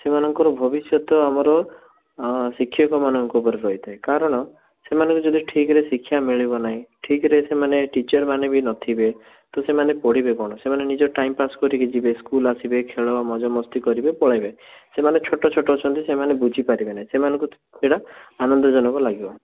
ସେମାଙ୍କର ଭବିଷ୍ୟତ ଆମର ଶିକ୍ଷକମାନଙ୍କ ଉପରେ ରହିଥାଏ କାରଣ ସେମାନଙ୍କୁ ଯଦି ଠିକ୍ରେ ଶିକ୍ଷା ମିଳିବ ନାହିଁ ଠିକ୍ରେ ସେମାନେ ଟିଚର୍ମାନେ ବି ନଥିବେ ତ ସେମାନେ ପଢ଼ିବେ କ'ଣ ସେମାନେ ନିଜର ଟାଇମ୍ ପାସ୍ କରିକି ଯିବେ ସ୍କୁଲ୍ ଆସିବେ ଖେଳ ମଜାମସ୍ତି କରିବେ ପଳାଇବେ ସେମାନେ ଛୋଟଛୋଟ ଅଛନ୍ତି ସେମାନେ ବୁଝିପାରିବେ ନାଇଁ ସେମାନଙ୍କୁ ସେଇଟା ଆନନ୍ଦଜନକ ଲାଗିବ